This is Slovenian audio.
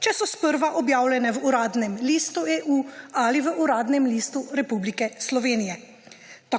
če so sprva objavljene v Uradnem listu EU ali v Uradnem listu Republike Slovenije.